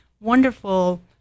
wonderful